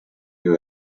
you